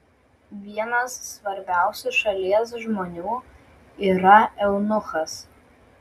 vienas svarbiausių šalies žmonių yra eunuchas